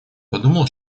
подумал